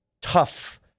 tough